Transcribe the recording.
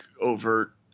overt